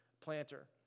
planter